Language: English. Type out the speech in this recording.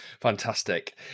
Fantastic